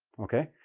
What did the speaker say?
okay?